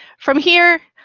from here,